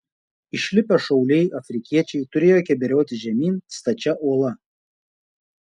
išlipę šauliai afrikiečiai turėjo keberiotis žemyn stačia uola